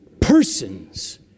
persons